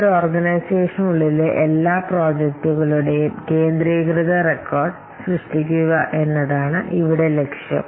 ഒരു ഓർഗനൈസേഷനിൽ ബന്ധപ്പെട്ട എല്ലാ പ്രോജക്റ്റുകളുടെയും കേന്ദ്ര റെക്കോർഡ് എങ്ങനെ സൃഷ്ടിക്കാം അതിനാൽ തന്നെ പ്രോജക്റ്റ് പോർട്ട്ഫോളിയോ നിർവചനത്തിന്റെ ലക്ഷ്യങ്ങളിലൊന്നാണ്